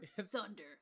Thunder